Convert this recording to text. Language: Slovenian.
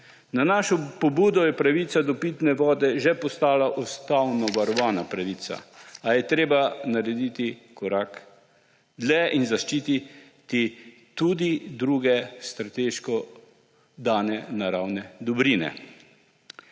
Na našo pobudo je pravica do pitne vode že postala ustavno varovana pravica, a je treba narediti korak dlje in zaščititi tudi druge strateško dane naravne dobrine.